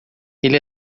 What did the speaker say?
ele